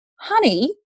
honey